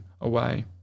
away